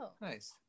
nice